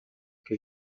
que